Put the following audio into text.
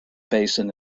basin